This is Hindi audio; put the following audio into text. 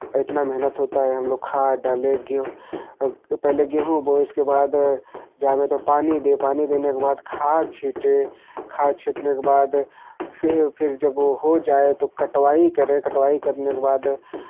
इतना मेहनत होता है हम लोग खाद डालेंगे पहले गेहूँ बोए उसके बाद जामे तो पानी दे पानी देने के बाद खाद्य छींटे खाद्य छींटने के बाद फ़िर फ़िर जब हो जाए तो कटवाई करें कटवाई करने के बाद